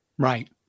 Right